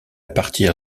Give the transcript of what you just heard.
partir